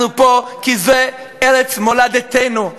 אנחנו פה כי זאת ארץ מולדתנו.